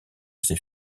ses